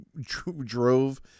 drove